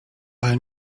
ale